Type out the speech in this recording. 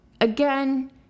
again